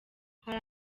hari